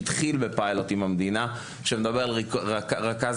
אחד מהם התחיל בפיילוט עם המדינה ובו רכז